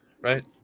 right